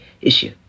issue